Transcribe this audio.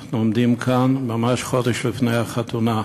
אנחנו עומדים כאן ממש חודש לפני החתונה.